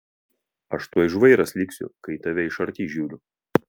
aš tuoj žvairas liksiu kai į tave iš arti žiūriu